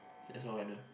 that's all I know